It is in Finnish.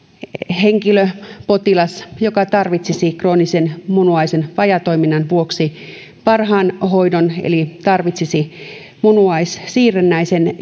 henkilölle potilaalle joka tarvitsisi kroonisen munuaisen vajaatoiminnan vuoksi parhaan hoidon eli tarvitsisi munuaissiirrännäisen